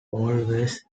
always